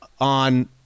on